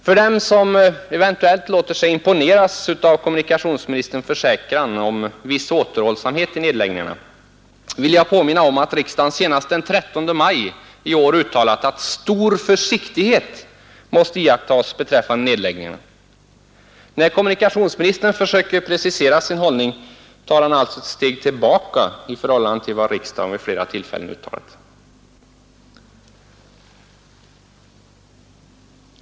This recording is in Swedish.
För dem som eventuellt låter sig imponeras av kommunikationsministerns försäkran om viss återhållsamhet i nedläggningarna vill jag påminna om att riksdagen senast den 13 maj i år uttalat att stor försiktighet måste iakttas beträffande nedläggningarna. När kommunikationsministern försöker precisera sin hållning tar han alltså ett steg tillbaka i förhållande till vad riksdagen vid flera tillfällen har uttalat.